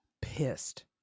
pissed